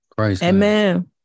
Amen